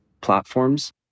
platforms